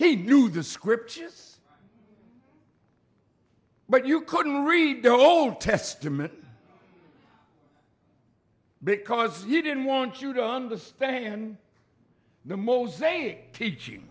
he knew the scriptures but you couldn't read the old testament because he didn't want you to understand the mosaic teaching